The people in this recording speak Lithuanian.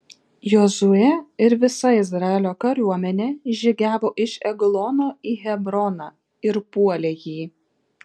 jozuė ir visa izraelio kariuomenė žygiavo iš eglono į hebroną ir puolė jį